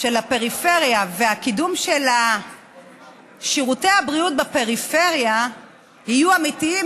של הפריפריה והקידום של שירותי הבריאות בפריפריה יהיו אמיתיים,